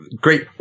great